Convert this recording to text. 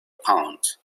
pound